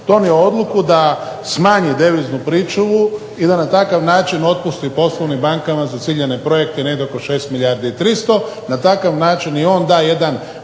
donio odluku da smanji deviznu pričuvu i da na takav način otpusti poslovnim bankama za ciljane projekte negdje oko 6 milijardi i 300, na takav način i on da jedan